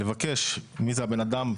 לבקש מי זה הבן אדם,